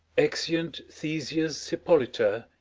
exeunt theseus, hippolyta,